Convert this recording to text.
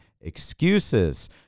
excuses